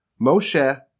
Moshe